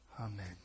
Amen